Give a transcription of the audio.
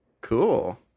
Cool